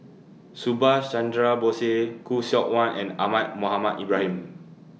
Subhas Chandra Bose Khoo Seok Wan and Ahmad Mohamed Ibrahim